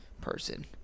person